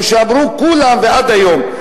כמו שאמרו כולם עד היום?